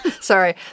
Sorry